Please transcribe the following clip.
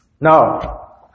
Now